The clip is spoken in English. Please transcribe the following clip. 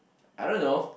I don't know